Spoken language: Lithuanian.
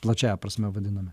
plačiąja prasme vadinam